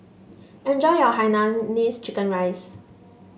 enjoy your Hainanese Chicken Rice